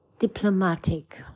diplomatic